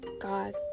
God